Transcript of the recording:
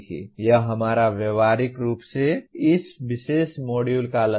यह हमारा व्यावहारिक रूप से इस विशेष मॉड्यूल का लक्ष्य है